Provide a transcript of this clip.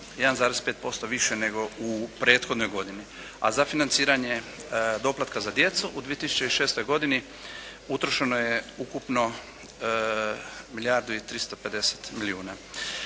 1,5% više nego u prethodnoj godini, a za financiranje doplatka za djecu u 2006. godini utrošeno je ukupno milijardu i 350